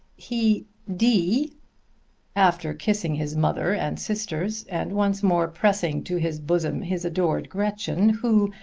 he de after kissing his mother and sisters, and once more pressing to his bosom his adored gretchen, who,